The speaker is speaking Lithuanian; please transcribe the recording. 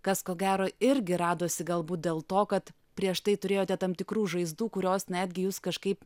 kas ko gero irgi radosi galbūt dėl to kad prieš tai turėjote tam tikrų žaizdų kurios netgi jus kažkaip